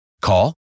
Call